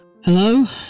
Hello